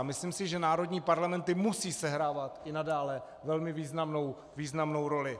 Myslím si, že národní parlamenty musí sehrávat i nadále velmi významnou roli.